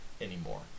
anymore